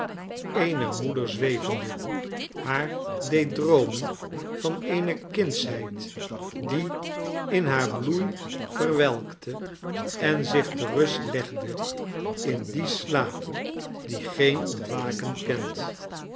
eener moeder zwevende haar deed droomen van eene kindsheid die in haar bloei verwelkte en zich te rust legde in dien slaap die geen ontwaken kent